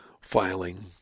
filing